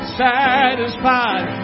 satisfied